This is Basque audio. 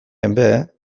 ere